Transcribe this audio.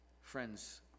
Friends